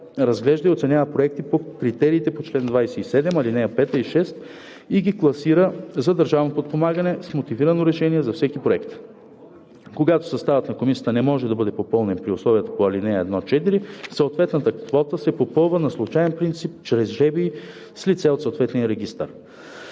разглежда и оценява проекти по критериите по чл. 27, ал. 5 и 6 и ги класира за държавно подпомагане с мотивирано решение за всеки проект. (5) Когато съставът на комисия не може да бъде попълнен при условията по ал. 1 – 4, съответната квота се попълва на случаен принцип чрез жребий с лице от съответния регистър.“